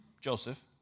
Joseph